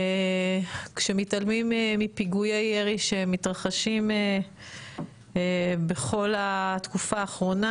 כשמתעלמים מפיגועי ירי שמתרחשים בכל התקופה האחרונה,